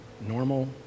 normal